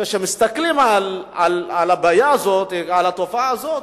כשמסתכלים על התופעה הזאת,